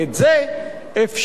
עמיתי חברי הכנסת,